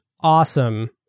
awesome